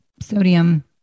sodium